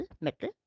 metal